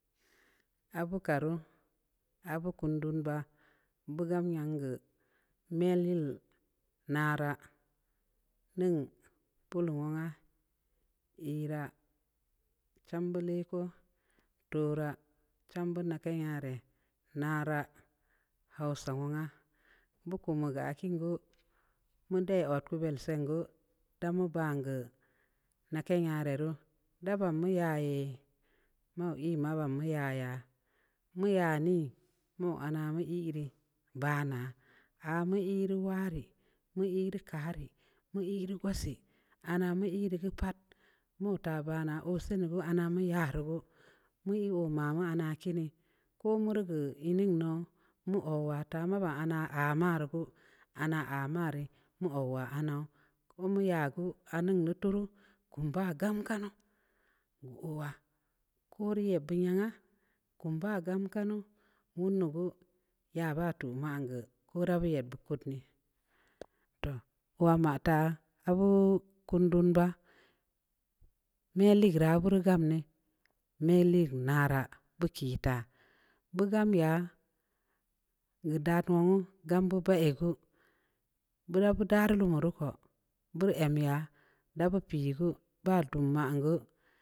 Abu karu abu kan dunba gbugun yam gue me lii nara'a nən balu wana'a yera chambə leku tora chambə na kan nyarə nara hausa wanga buku mu akiin gue muudə ɔtt kubə siingue damu bangeu na kəan nyare ru dabbam ma yayee mu iiə mubbam mu yaa'aga mu ya nə nu ana mu ii re banaa a mu ii rə ware mu ii re karə mu ii rə gwasai a na'a ma nii rə gue pat muta baana ɔ sii naa gue ana mu yarə gue mu ii wa mama nakinii ku murgue ii nən no mu ɔ wata ma ma arr ma ru gue a naa a marə mu ɔ wa annə ku ma ya gue a nunnu tuuru kum ba gam kanno guwa kurə yəa bəən nya nga kum ba gamka nuu wunu gue yaa ba tun man gue kura bəa yə bukut nəə toh kwa mata abuu kun dun ba nəa lii gyra bur gamnəa mə lii na ra bukə ta bugam nya ga datun wa gam buu pa'a a gue buura buta'a lu muruko'o bar a miya dubuu pəə gue ba tun maangue.